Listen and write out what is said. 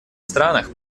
странах